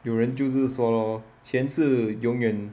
有人就是说咯钱是永远